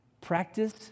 practice